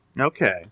Okay